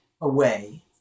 away